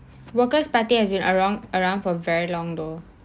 workers' party has been around around for very long though